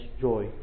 joy